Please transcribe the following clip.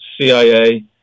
CIA